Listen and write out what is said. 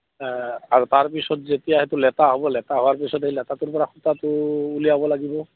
আৰু তাৰপিছত যেতিয়া সেইটো লেটা হ'ব লেটা হোৱাৰ পিছত সেই লেটাটোৰপৰা সূতাটো উলিয়াব লাগিব